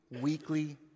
weekly